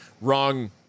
wrong